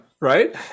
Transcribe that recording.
Right